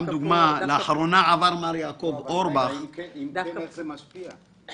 אם כן, איך זה משפיע?